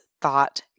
thought